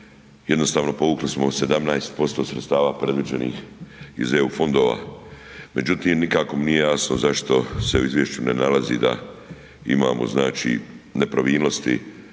jednostavno povukli smo 17% sredstava predviđenih iz EU fondova. Međutim, nikako mi nije jasno zašto se u izvješću ne nalazi da imamo, znači, nepravilnosti